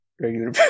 Regular